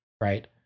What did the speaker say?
right